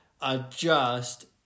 adjust